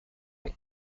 long